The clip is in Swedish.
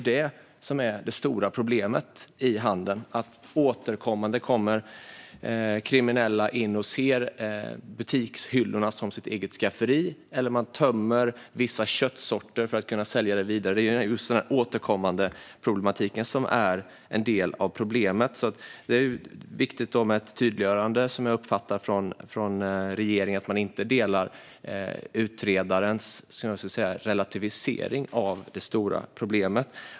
Det stora problemet i handeln är att det återkommande kommer in kriminella som ser butikshyllorna som sitt eget skafferi. De tömmer vissa köttsorter för att kunna sälja det vidare. Det är just återkommandeproblematiken som är en del av problemet. Det är som jag uppfattar det viktigt med ett tydliggörande från regeringen att man inte delar utredarens relativisering av det stora problemet.